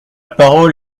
parole